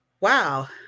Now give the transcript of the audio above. wow